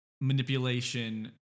manipulation